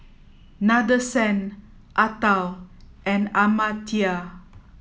Nadesan Atal and Amartya